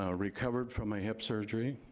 ah recovered from a hip surgery,